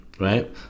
right